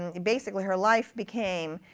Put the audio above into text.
and basically her life became